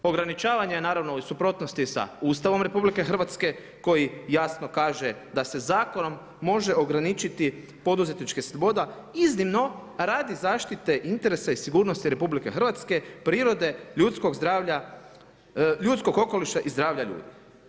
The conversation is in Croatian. Ograničavanje je naravno u suprotnosti sa Ustavom RH koji jasno kaže da se zakonom može ograničiti poduzetnička sloboda iznimno radi zaštite interesa i sigurnosti Republike Hrvatske, prirode, ljudskog zdravlja, ljudskog okoliša i zdravlja ljudi.